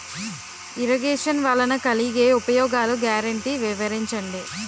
Irrigation వలన కలిగే ఉపయోగాలు గ్యారంటీ వివరించండి?